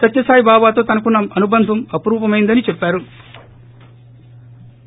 సత్యసాయి బాబాతో తనకున్న అనుబంధం అపురూమైనదని చెప్పారు